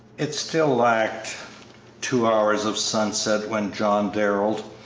it still lacked two hours of sunset when john darrell,